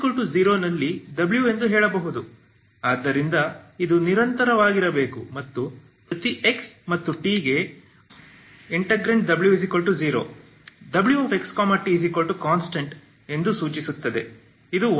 ನೀವು x0 ನಲ್ಲಿ w ಎಂದು ಹೇಳಬಹುದು ಆದ್ದರಿಂದ ಇದು ನಿರಂತರವಾಗಿರಬೇಕು ಮತ್ತು ಪ್ರತಿ x ಮತ್ತು t ಗೆ w0 wxtconstant ಎಂದು ಸೂಚಿಸುತ್ತದೆ ಇದು ಒಂದೇ